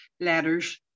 letters